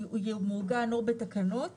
הוא מעוגן בתקנות